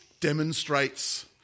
demonstrates